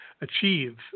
achieve